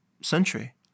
century